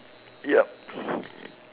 yup